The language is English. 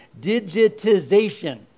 digitization